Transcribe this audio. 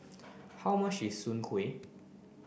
how much is Soon Kway